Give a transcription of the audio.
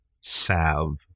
salve